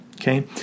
okay